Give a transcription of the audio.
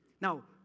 Now